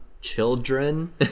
Children